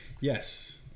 yes